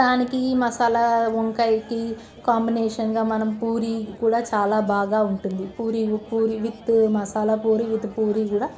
దానికి మసాలా వంకాయకి కాంబినేషన్గా మనం పూరి కూడా చాలా బాగా ఉంటుంది పూరి పూరి విత్ మసాలా పూరి విత్ పూరి కూడా